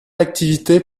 activité